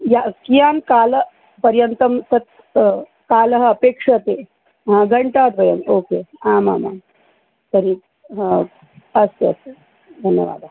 या कियान् कालपर्यन्तं तत् कालः अपेक्षते घण्टाद्वयम् ओके आमां तर्हि हा अस्तु अस्तु धन्यवादः